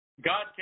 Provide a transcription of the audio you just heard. God